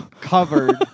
covered